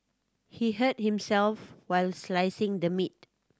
he hurt himself while slicing the meat